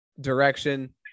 direction